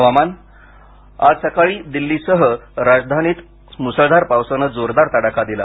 हवामान आज सकाळी दिल्लीसह राष्ट्रीय राजधानीत मुसळधार पावसाने जोरदार तडाखा दिला